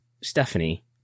Stephanie